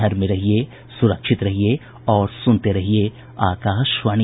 घर में रहिये सुरक्षित रहिये और सुनते रहिये आकाशवाणी